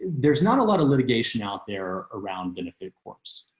there's not a lot of litigation out there around benefit corpse